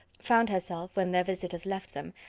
found herself, when their visitors left them,